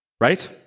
Right